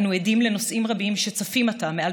אנו עדים לנושאים רבים שצפים עתה מעל